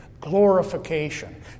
glorification